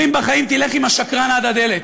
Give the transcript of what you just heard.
אומרים בחיים: תלך עם השקרן עד הדלת.